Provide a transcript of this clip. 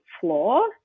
floor